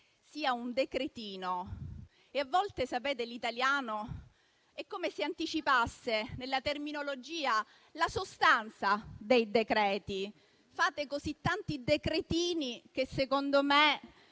sia un decretino. A volte l'italiano è come se anticipasse, nella terminologia, la sostanza dei decreti. Fate così tanti decretini che, secondo me,